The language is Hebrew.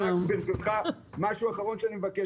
שלומי --- רק ברשותך, משהו אחרון שאני מבקש מכם.